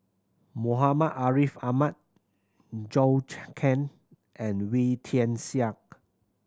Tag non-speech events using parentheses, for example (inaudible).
Muhammad Ariff Ahmad Zhou (unintelligible) Can and Wee Tian Siak